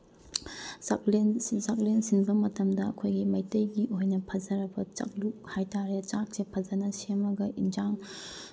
ꯆꯥꯛꯂꯦꯟ ꯆꯥꯛꯂꯦꯟ ꯁꯤꯟꯕ ꯃꯇꯝꯗ ꯑꯩꯈꯣꯏꯒꯤ ꯃꯩꯇꯩꯒꯤ ꯑꯣꯏꯅ ꯐꯖꯔꯕ ꯆꯥꯛꯂꯨꯛ ꯍꯥꯏ ꯇꯥꯔꯦ ꯆꯥꯛꯁꯦ ꯐꯖꯅ ꯁꯦꯝꯃꯒ ꯑꯦꯟꯁꯥꯡ